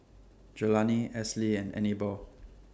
Jelani Esley and Anibal